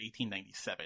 1897